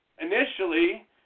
initially